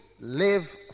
live